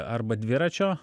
arba dviračio